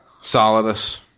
Solidus